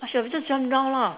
I should have just jumped down lah